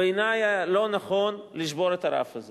בעיני היה לא נכון לשבור את הרף הזה